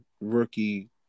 rookie